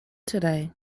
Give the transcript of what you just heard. today